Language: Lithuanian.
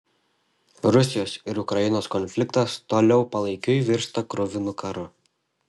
rusijos ir ukrainos konfliktas toliau palaikiui virsta kruvinu karu